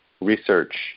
research